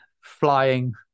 flying